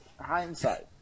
hindsight